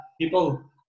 People